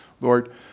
Lord